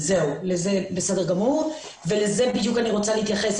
לזה בדיוק אני רוצה להתייחס.